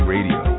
Radio